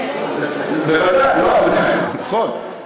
בוודאי, נכון.